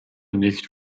nicht